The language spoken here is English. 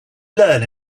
learn